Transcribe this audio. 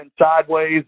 sideways